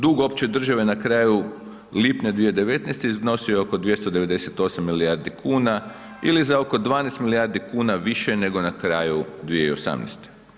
Dug opće države na kraju lipnja 2019. iznosio je oko 298 milijardi kuna ili za oko 12 milijardi kuna više nego na kraju 2018.